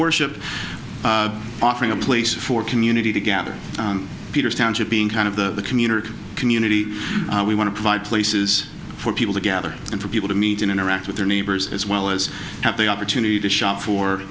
worship offering a place for community to gather peters township being kind of the community community we want to provide places for people to gather and for people to meet and interact with their neighbors as well as have the opportunity to shop for